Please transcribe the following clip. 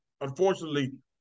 unfortunately